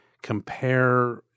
compare